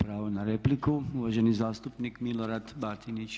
Pravo na repliku, uvaženi zastupnik Milorad Batinić.